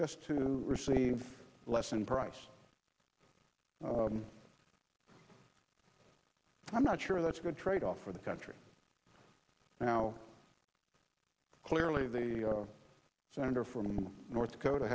just to receive less in price i'm not sure that's a good trade off for the country now clearly the senator from north dakota